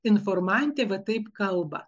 informantė va taip kalba